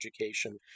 education